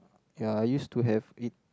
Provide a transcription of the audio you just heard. ya I use to have it